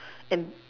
and